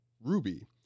Ruby